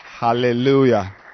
hallelujah